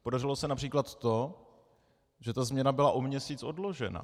Podařilo se například to, že ta změna byla o měsíc odložena.